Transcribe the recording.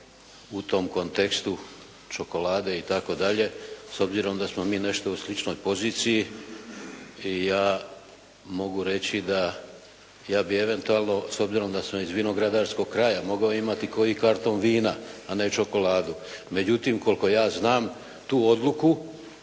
u tom kontekstu čokolade itd. s obzirom da smo mi nešto u sličnoj poziciji i ja mogu reći da ja bi eventualno s obzirom da sam ih vinogradarskog kraja mogao imati koji karton vina a ne čokoladu. Međutim, koliko ja znam tu odluku,